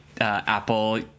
Apple